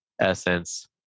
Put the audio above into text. essence